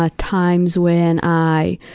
ah times when i